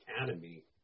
academy